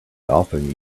often